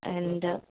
and